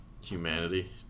humanity